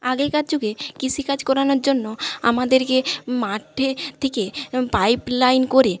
আগেকার যুগে কৃষিকাজ করানোর জন্য আমাদেরকে মাঠে থেকে পাইপ লাইন করে